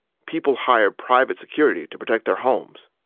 people hired private security to protect their homes.